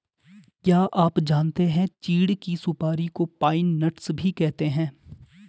क्या आप जानते है चीढ़ की सुपारी को पाइन नट्स भी कहते है?